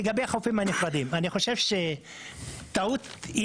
לגבי החופים הנפרדים אני חושב שטעות היא